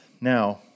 Now